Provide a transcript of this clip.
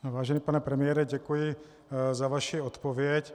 Vážený pane premiére, děkuji za vaši odpověď.